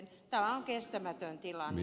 tämä on kestämätön tilanne